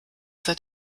seit